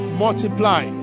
multiply